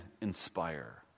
inspire